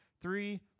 three